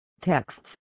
texts